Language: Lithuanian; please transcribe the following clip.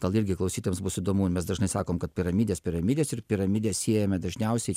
gal irgi klausytojams bus įdomu mes dažnai sakom kad piramidės piramidės ir piramidė siejame dažniausiai